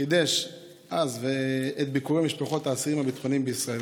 חידש את ביקורי משפחות האסירים הביטחוניים בישראל.